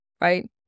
right